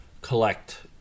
collect